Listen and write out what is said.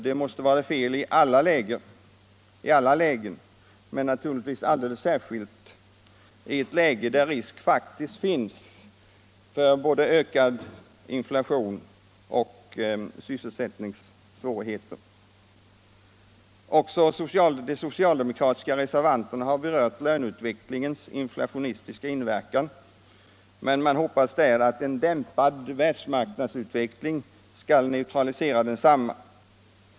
Det måste vara fel i alla lägen men naturligtvis alldeles särskilt i ett läge där risk faktiskt finns för både ökad inflation och sysselsättningssvårigheter. Också de socialdemokratiska reservanterna har berört löneutvecklingens inflationistiska inverkan, men man hoppas där att en dämpad världsmarknadsutveckling skall neutralisera densamma.